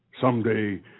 someday